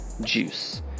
Juice